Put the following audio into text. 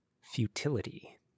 futility